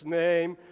name